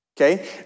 okay